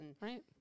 Right